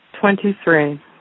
Twenty-three